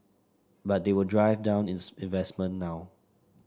but they will drive down inns investment now